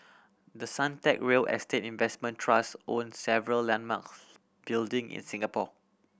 the Suntec real estate investment trust own several landmarks building in Singapore